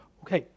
Okay